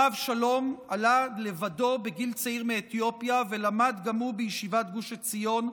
הרב שלום עלה לבדו בגיל צעיר מאתיופיה ולמד גם הוא בישיבת גוש עציון,